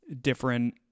Different